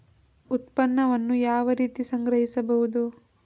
ಉತ್ಪನ್ನವನ್ನು ಯಾವ ರೀತಿ ಸಂಗ್ರಹಿಸಬಹುದು?